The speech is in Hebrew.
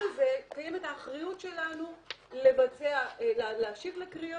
עשה לי טובה, אתה כבר הבאת לנו מחוכמתך.